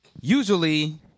Usually